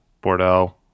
bordeaux